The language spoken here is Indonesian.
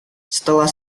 setelah